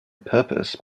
purpose